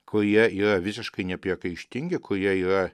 kurie yra visiškai nepriekaištingi kurie yra